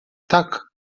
tak